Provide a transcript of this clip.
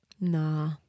Nah